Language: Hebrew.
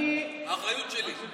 האחריות שלי.